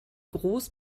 groß